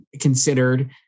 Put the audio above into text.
considered